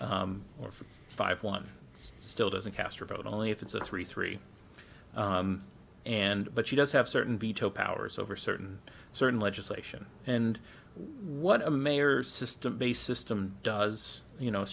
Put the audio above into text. vote or five one still doesn't cast her vote only if it's a three three and but she does have certain veto powers over certain certain legislation and what a mayor system based system does you know a